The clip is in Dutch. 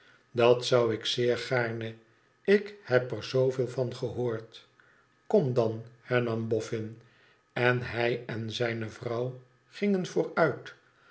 dat wil ik zeer gaarne ik heb er zooveel van geboord kom dan hernam boffin en hij en zijne vrouw gingen